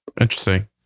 Interesting